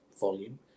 volume